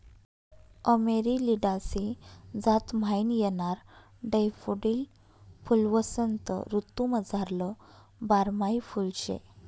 Amaryllidaceae जात म्हाईन येणारं डैफोडील फुल्वसंत ऋतूमझारलं बारमाही फुल शे